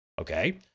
Okay